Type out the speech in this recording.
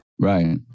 Right